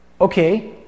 okay